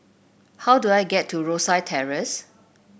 how do I get to Rosyth Terrace